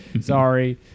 Sorry